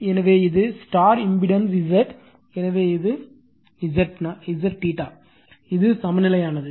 எனவே இது star impedance Z எனவே அது Z இது சமநிலையானது